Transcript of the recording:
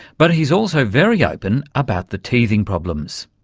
but he's also very open about the teething problems.